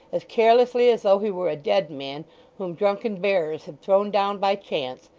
as carelessly as though he were a dead man whom drunken bearers had thrown down by chance,